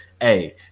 Hey